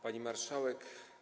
Pani Marszałek!